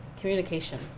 communication